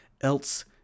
else